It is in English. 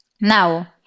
Now